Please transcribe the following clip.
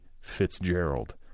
Fitzgerald